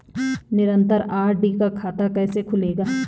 निरन्तर आर.डी का खाता कैसे खुलेगा?